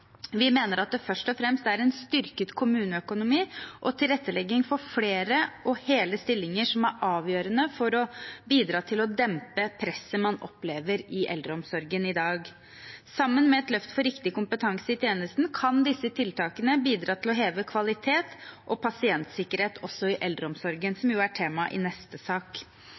Vi mener at det først og fremst er en styrket kommuneøkonomi og tilrettelegging for flere og hele stillinger som er avgjørende for å bidra til å dempe presset man opplever i eldreomsorgen i dag. Sammen med et løft for riktig kompetanse i tjenesten kan disse tiltakene bidra til å heve kvalitet og pasientsikkerhet også i eldreomsorgen, som jo er tema i neste sak.